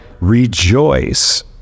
rejoice